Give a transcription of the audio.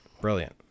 brilliant